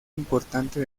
importante